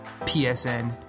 PSN